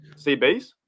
CBs